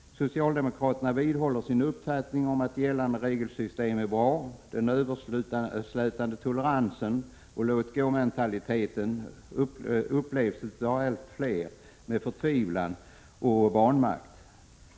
Socialdemokraterna vidhåller sin uppfattning att gällande regelsystem är bra. Den överslätande toleransen och låt-gå-mentaliteten upplevs av allt fler med förtvivlan och vanmakt.